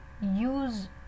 use